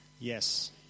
Yes